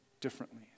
differently